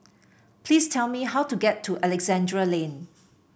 please tell me how to get to Alexandra Lane